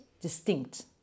distinct